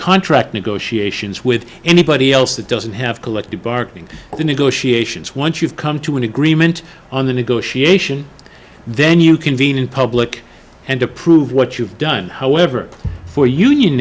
contract negotiations with anybody else that doesn't have collective barking at the negotiations once you've come to an agreement on the negotiation then you convene in public and approve what you've done however for union